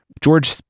George